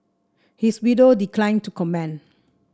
his widow declined to comment